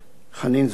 חנין זועבי,